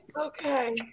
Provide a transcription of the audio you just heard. Okay